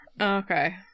Okay